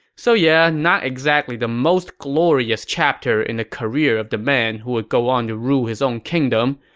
so, yeah not exactly the most glorious chapter in the career of the man who would go on to rule his own kingdom,